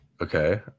Okay